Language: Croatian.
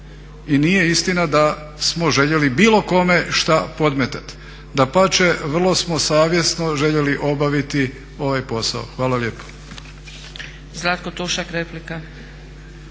i nije istina da smo željeli bilo kome šta podmetati. Dapače, vrlo smo savjesno željeli obaviti ovaj posao. Hvala lijepo.